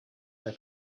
her